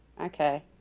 Okay